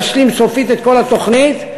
נשלים סופית את כל התוכנית,